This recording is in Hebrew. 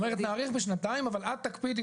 זאת אומרת שאפשר להאריך בשנתיים אבל את תחליטי